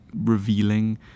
revealing